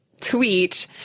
tweet